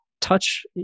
touch